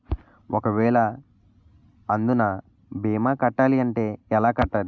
ఒక వేల అందునా భీమా కట్టాలి అంటే ఎలా కట్టాలి?